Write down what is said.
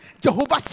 Jehovah